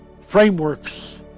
frameworks